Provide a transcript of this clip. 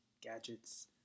gadgets